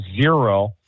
zero